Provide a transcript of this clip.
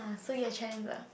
so you are Chandler